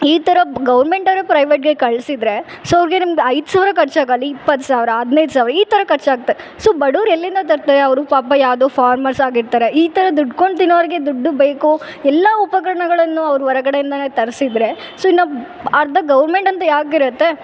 ಈ ಥರ ಗೌರ್ಮೆಂಟವರು ಪ್ರೈವೇಟ್ಗೆ ಕಳ್ಸಿದ್ದರೆ ಸೋ ಅವ್ರ್ಗೆ ನಿಮ್ಮ ಐದು ಸಾವಿರ ಖರ್ಚಾಗುವಲ್ಲಿ ಇಪ್ಪತ್ತು ಸಾವಿರ ಹದಿನೈದು ಸಾವಿರ ಈ ಥರ ಖರ್ಚು ಆಗುತ್ತೆ ಸೋ ಬಡವರು ಎಲ್ಲಿಂದ ತರ್ತಾರೆ ಅವರು ಪಾಪ ಯಾವುದೋ ಫಾರ್ಮರ್ಸ್ ಆಗಿರ್ತಾರೆ ಈ ಥರ ದುಡ್ಕೊಂಡು ತಿನ್ನೋವರಿಗೆ ದುಡ್ಡು ಬೇಕು ಎಲ್ಲ ಉಪಕರಣಗಳನ್ನು ಅವರು ಹೊರಗಡೆಯಿಂದಲೇ ತರ್ಸಿದ್ದರೆ ಸೋ ನಬ್ ಅರ್ಧ ಗೌರ್ಮೆಂಟ್ ಅಂತ ಯಾಕಿರುತ್ತೆ